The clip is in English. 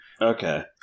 Okay